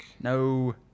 No